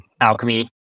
Alchemy